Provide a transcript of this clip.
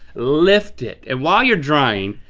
lift it, and while you're drying,